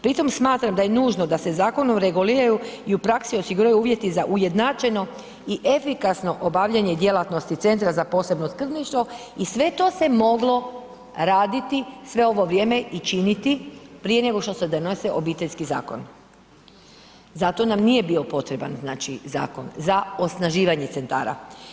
Pri tom smatram da je nužno da se zakonom reguliraju i u praksi osiguraju uvjeti za ujednačeno i efikasno obavljanje djelatnosti Centra za posebno skrbništvo i sve to se moglo raditi sve ovo vrijeme i činiti prije nego što se donosio Obiteljski zakon. za to nam nije bio potreban zakon za osnaživanje centara.